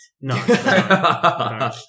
No